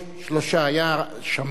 שלושה: היו שמגר,